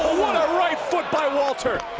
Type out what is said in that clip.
a right foot by walter.